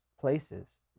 places